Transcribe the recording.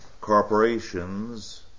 corporations